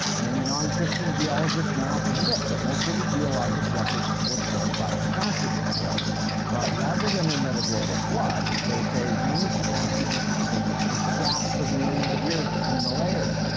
many non-christian geologists now admit that most of the geologic record was formed by catastrophe. yeah but rather than admit a global flood, they say many catastrophes happened with gaps of millions of years between the layers.